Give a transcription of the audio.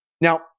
now